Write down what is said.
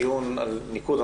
ויש ניקוד עודף שניתן,